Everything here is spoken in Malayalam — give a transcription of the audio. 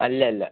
അല്ല അല്ല